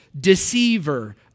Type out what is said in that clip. deceiver